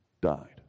Died